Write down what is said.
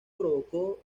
provocó